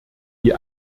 die